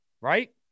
right